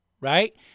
right